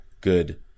good